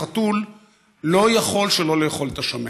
החתול לא יכול שלא לאכול את השמנת.